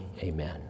amen